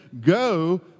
go